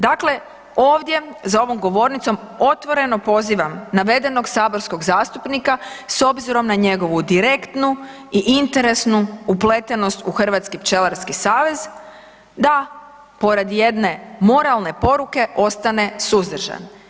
Dakle, ovdje za ovom govornicom, otvoreno pozivam navedenog saborskog zastupnika s obzirom na njegovu direktnu i interesnu upletenost u Hrvatski pčelarski savez, da pored jedne moralne poruke, ostane suzdržan.